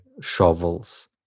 shovels